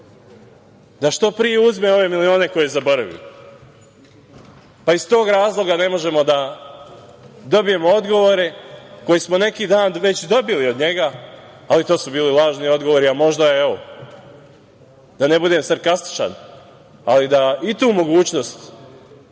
da što pre uzme ove milione koje je zaboravio, pa iz tog razloga ne možemo da dobijemo odgovore koje smo neki dan već dobili od njega, ali to su bili lažni odgovori, a možda je, evo, da ne budem sarkastičan, ali da i tu mogućnost